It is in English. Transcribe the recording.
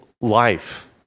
life